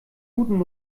guten